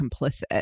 complicit